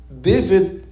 David